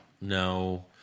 No